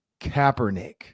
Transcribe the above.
kaepernick